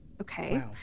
Okay